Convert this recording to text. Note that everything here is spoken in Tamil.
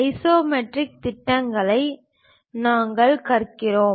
ஐசோமெட்ரிக் திட்டங்களை நாங்கள் கற்கிறோம்